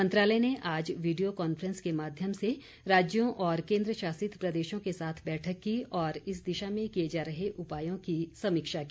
मंत्रालय ने आज वीडियो कांफ्रेंस के माध्यम से राज्यों और केन्द्रशासित प्रदेशों के साथ बैठक की और इस दिशा में किए जा रहे उपायों की समीक्षा की